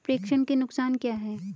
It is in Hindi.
प्रेषण के नुकसान क्या हैं?